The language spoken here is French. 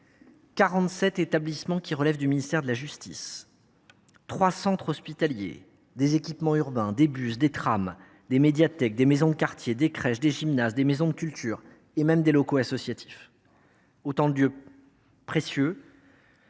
47 établissements relevant du ministère de la justice ; 3 centres hospitaliers ; des équipements urbains ; des bus ; des tramways ; des médiathèques ; des maisons de quartier ; des crèches ; des gymnases ; des maisons de la culture, et même des locaux associatifs. Autant de lieux précieux